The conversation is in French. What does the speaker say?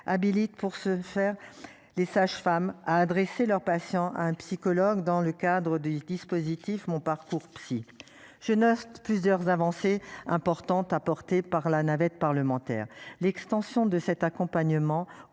habilite. Pour ce faire, les sages-femmes à adresser leurs patients à un psychologue dans le cadre du dispositif mon parcours psy je ne plusieurs avancées importantes apportées par la navette parlementaire. L'extension de cet accompagnement